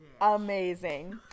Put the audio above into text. amazing